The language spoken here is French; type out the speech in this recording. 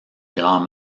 grand